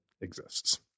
exists